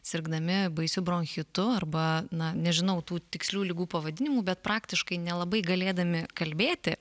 sirgdami baisiu bronchitu arba na nežinau tų tikslių ligų pavadinimų bet praktiškai nelabai galėdami kalbėti